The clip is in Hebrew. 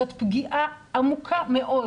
זאת פגיעה עמוקה מאוד,